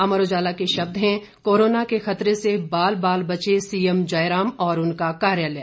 अमर उजाला के शब्द हैं कोरोना के खतरे से बाल बाल बचे सीएम जयराम और उनका कार्यालय